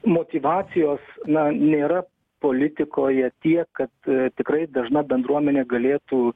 motyvacijos na nėra politikoje tiek kad tikrai dažna bendruomenė galėtų